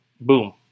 Boom